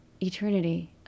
eternity